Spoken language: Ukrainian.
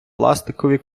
пластикові